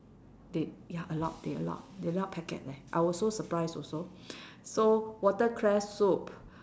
they ya alowed they allowed they allow packet leh I was so surprised also so watercress soup